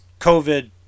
covid